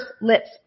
lips